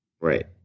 Right